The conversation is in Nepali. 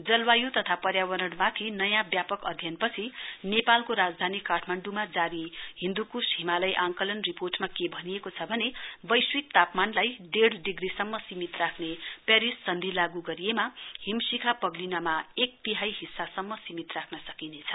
जलवाय् तथा पर्यावरणमाथि नयाँ व्यापक अध्ययनपछि नेपालको राजधानी काठमाण्ड्मा जारी हिन्दूक्श हिमालय आंकलन रिपोर्टमा के भनिएको छ भने वैश्विक तापमानलाई डेढ़ डिग्रीसम्म सीमित राख्ने पेरिस सन्धि लागू गरिएमा हिमश्खा पग्लिनमा एक तिहाई हिस्सासम्म सीमित राख्न सकिनेछ